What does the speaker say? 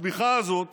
הצמיחה הזאת